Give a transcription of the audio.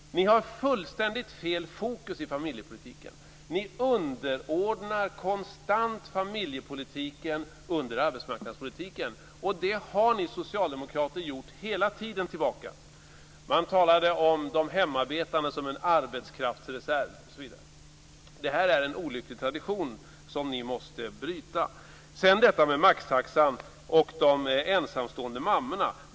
Ni har fullständigt fel fokus i familjepolitiken. Ni underordnar konstant familjepolitiken arbetsmarknadspolitiken. Det har ni socialdemokrater gjort hela tiden. Man talade om de hemarbetande som en arbetskraftsreserv osv. Detta är en olycklig tradition som ni måste bryta. Sedan har vi detta med maxtaxan och de ensamstående mammorna.